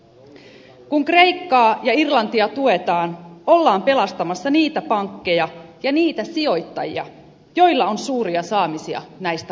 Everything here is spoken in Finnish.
kun kreikkaa ja irlantia tuetaan ollaan pelastamassa niitä pankkeja ja niitä sijoittajia joilla on suuria saamisia näistä maista